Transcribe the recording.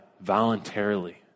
voluntarily